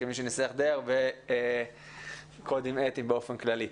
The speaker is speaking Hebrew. כמי שניסח די הרבה קודים אתיים באופן כללי.